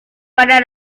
para